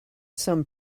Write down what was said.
some